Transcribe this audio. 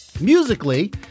Musically